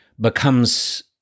becomes